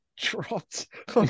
dropped